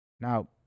Now